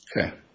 Okay